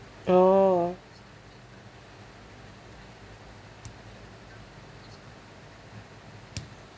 oh